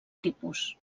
tipus